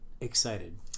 excited